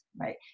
right